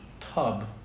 tub